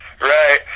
Right